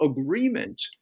agreement